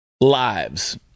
lives